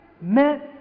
meant